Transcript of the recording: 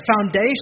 foundation